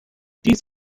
dies